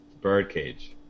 birdcage